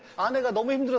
and but i mean get a